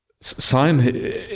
sign